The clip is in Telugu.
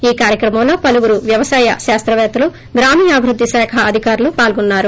ఈ కార్యక్రమంలో పలువురు వ్యవసాయ శాస్తవేత్తలు గ్రామీణాభివృద్ధి శాఖ అధికారులు పాల్గొన్నారు